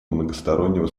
многостороннего